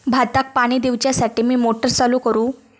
भाताक पाणी दिवच्यासाठी मी मोटर चालू करू?